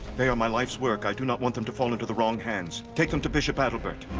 they are my life's work. i do not want them to fall into the wrong hands. take them to bishop adalbert.